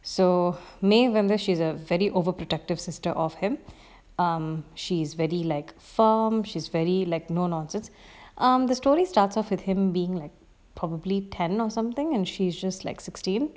so maeve வந்து:vanthu she's a very over protective sister of him um she's very like firm she's very like no nonsense um the story starts off with him being like probably ten or something and she's just like sixteen